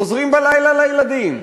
חוזרים בלילה לילדים,